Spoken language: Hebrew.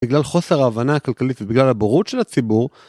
בגלל חוסר ההבנה הכלכלית ובגלל הבורות של הציבור.